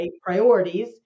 priorities